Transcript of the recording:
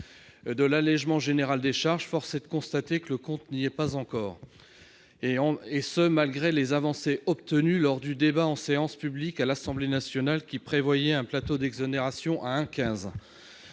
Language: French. de l'allégement général des charges, mais force est de constater que le compte n'y est pas encore, et ce malgré les avancées obtenues lors du débat en séance publique à l'Assemblée nationale, où a été prévu un plateau d'exonération à 1,15